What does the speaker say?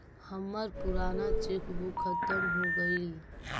हमर पूराना cheque book खत्म हो गईल